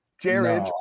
Jared